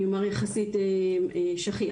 אני אומר יחסית "שכיח".